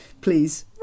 please